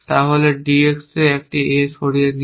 তাহলে D X থেকে এই Aকে সরিয়ে দিন